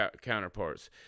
counterparts